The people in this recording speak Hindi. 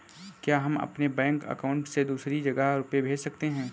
क्या हम अपने बैंक अकाउंट से दूसरी जगह रुपये भेज सकते हैं?